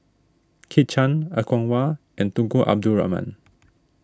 Kit Chan Er Kwong Wah and Tunku Abdul Rahman